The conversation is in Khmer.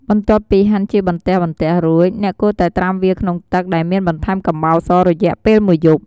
បន្ទាប់ពីហាន់ជាបន្ទះៗរួច អ្នកគួរតែត្រាំវាក្នុងទឹក ដែលមានបន្ថែមកំបោរស រយៈពេលមួយយប់។